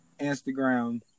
Instagram